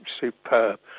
superb